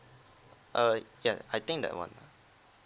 err yeah I think that one